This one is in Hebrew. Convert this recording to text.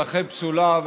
ולכן פסולה,